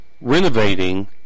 renovating